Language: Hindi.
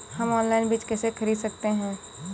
हम ऑनलाइन बीज कैसे खरीद सकते हैं?